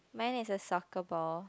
mine is a soccer ball